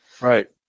Right